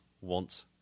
want